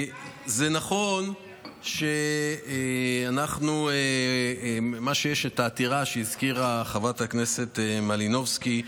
זה נכון שיש את העתירה שהזכירה חברת הכנסת מלינובסקי.